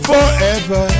Forever